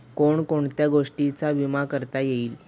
कोण कोणत्या गोष्टींचा विमा करता येईल?